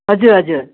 हजुर हजुर